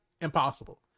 impossible